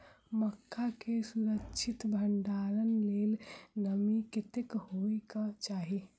मक्का केँ सुरक्षित भण्डारण लेल नमी कतेक होइ कऽ चाहि?